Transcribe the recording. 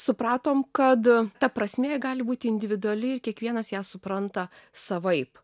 supratom kad ta prasmė gali būti individuali ir kiekvienas ją supranta savaip